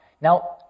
Now